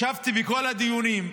ישבתי בכל הדיונים,